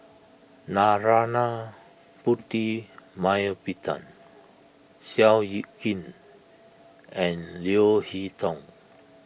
Narana Putumaippittan Seow Yit Kin and Leo Hee Tong